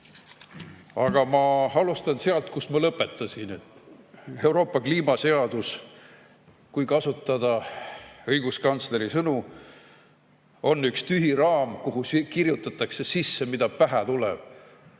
Aga ma alustan sealt, kus ma lõpetasin. Euroopa kliimaseadus, kui kasutada õiguskantsleri sõnu, on üks tühi raam, kuhu kirjutatakse sisse seda, mida pähe tuleb,